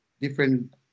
different